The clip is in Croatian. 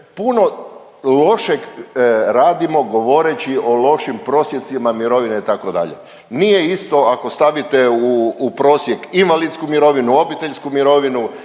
puno lošeg radimo govoreći o lošim prosjecima mirovine itd. Nije isto ako stavite u prosjek invalidsku mirovinu, obiteljsku mirovinu,